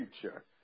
future